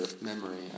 memory